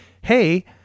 hey